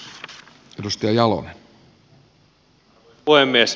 arvoisa puhemies